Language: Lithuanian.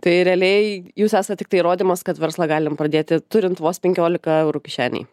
tai realiai jūs esat tiktai įrodymas kad verslą galim pradėti turint vos penkiolika eurų kišenėj